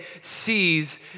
sees